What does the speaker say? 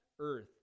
earth